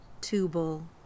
Tubal